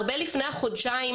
הרבה לפני החודשיים